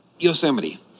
Yosemite